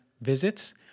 visits